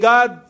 God